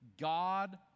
God